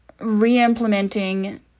re-implementing